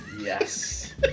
Yes